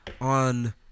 on